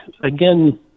again